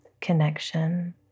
connection